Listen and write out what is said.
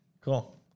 Cool